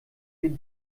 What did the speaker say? den